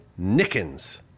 Nickens